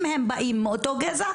אם הם באים מאותו גזע,